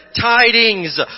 tidings